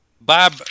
Bob